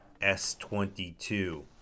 S22